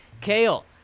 Kale